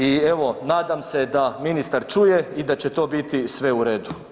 I evo, nadam se da ministar čuje i da će to biti sve u redu.